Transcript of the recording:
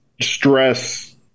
stress